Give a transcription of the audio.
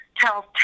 tells